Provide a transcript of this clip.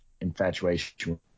infatuation